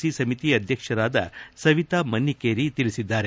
C ಸಮಿತಿ ಅಧ್ಯಕ್ಷರಾದ ಸವೀತಾ ಮನ್ನಿಕೇರಿ ತಿಳಿಸಿದ್ದಾರೆ